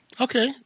Okay